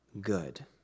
good